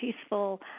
peaceful